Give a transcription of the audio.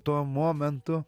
tuo momentu